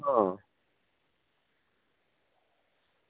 હ